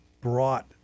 brought